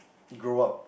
grow up